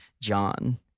John